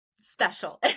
special